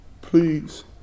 please